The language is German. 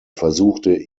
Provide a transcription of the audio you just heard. versuchte